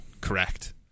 Correct